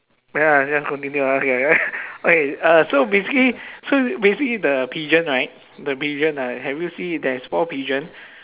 ya just continue okay okay uh so basically so basically the pigeon right the pigeon uh have you see there's four pigeon